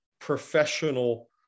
professional